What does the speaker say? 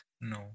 No